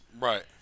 Right